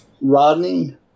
Rodney